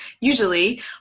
Usually